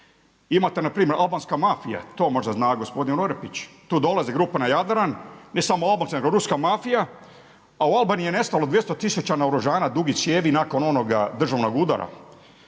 Imate npr. albanska mafija, to možda zna gospodin Orepić, tu dolazi grupa na Jadran, ne samo albanska nego ruska mafija a u Albaniji je nestalo 200 tisuća naoružanja dugih cijevi nakon onoga državnoga udara.